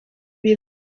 biba